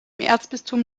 erzbistum